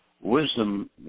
Wisdom